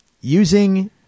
using